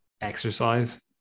exercise